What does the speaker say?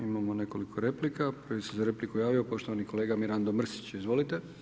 Imamo nekoliko replika, prvi se za repliku javio poštovani kolega Mirando Mrsić, izvolite.